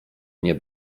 nie